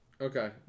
Okay